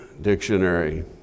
Dictionary